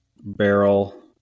barrel